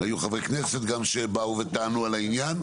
היו חברי כנסת גם שבאו וטענו על העניין,